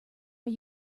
are